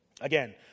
Again